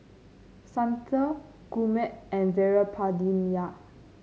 Santha Gurmeet and Veerapandiya